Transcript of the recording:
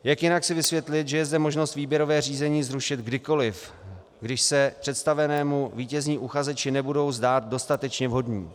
Jak jinak si vysvětlit, že je zde možnost výběrové řízení zrušit kdykoliv, když se představenému vítězní uchazeči nebudou zdát dostatečně vhodní?